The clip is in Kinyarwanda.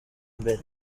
imbere